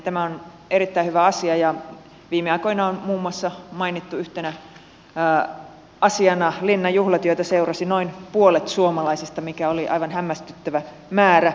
tämä on erittäin hyvä asia ja viime aikoina on muun muassa mainittu yhtenä asiana linnan juhlat joita seurasi noin puolet suomalaisista mikä oli aivan hämmästyttävä määrä